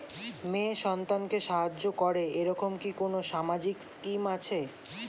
মেয়ে সন্তানকে সাহায্য করে এরকম কি কোনো সামাজিক স্কিম আছে?